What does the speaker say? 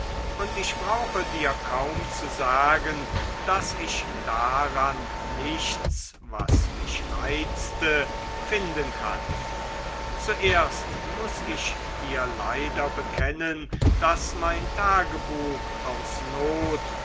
und ich brauche dir kaum zu sagen daß ich daran nichts was mich reizte finden kann zuerst muß ich dir leider bekennen daß mein tagebuch aus not